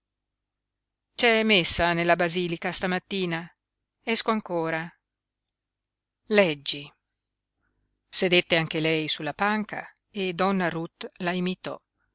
messa nella basilica stamattina esco ancora leggi sedette anche lei sulla panca e donna ruth la imitò